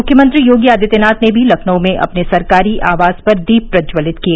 मुख्यमंत्री योगी आदित्यनाथ ने भी लखनऊ में अपने सरकारी आवास पर दीप प्रज्ज्वलित किए